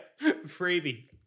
freebie